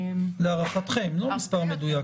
להערכתם, לא מספר מדויק.